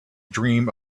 dream